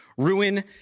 Ruin